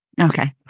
Okay